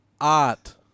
Art